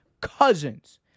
Cousins